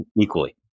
equally